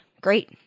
great